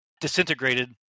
disintegrated